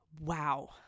Wow